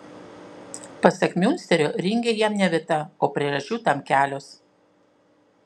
pasak miunsterio ringe jam ne vieta o priežasčių tam kelios